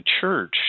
church